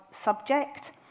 subject